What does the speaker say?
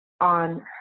on